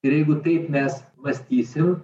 ir jeigu taip mes mąstysim